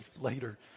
later